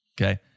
Okay